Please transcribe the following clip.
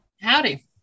Howdy